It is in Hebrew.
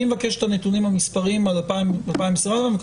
אני מבקש את הנתונים המספריים על 2020 ו-2021 גם